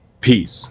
Peace